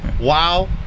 Wow